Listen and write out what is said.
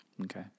Okay